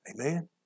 Amen